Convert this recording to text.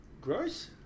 Gross